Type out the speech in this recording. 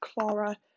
Clara